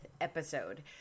episode